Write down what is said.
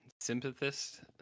sympathist